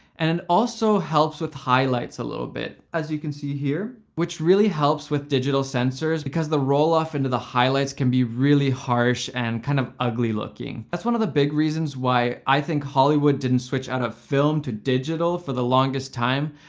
and it and also helps with highlights a little bit, as you can see here, which really helps with digital sensors, because the rolloff into the highlights can be really harsh and kind of ugly-looking. that's one of the big reasons why i think hollywood didn't switch out of film to digital for the longest time,